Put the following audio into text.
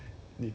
then 她讲